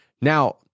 Now